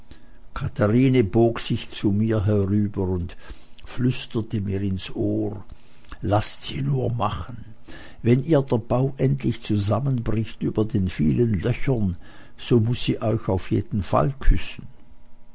katherine bog sich zu mir herüber und flüsterte mir ins ohr laßt sie nur machen wenn ihr der bau endlich zusammenbricht über den vielen löchern so muß sie euch auf jeden fall küssen